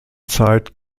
zeit